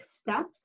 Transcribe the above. steps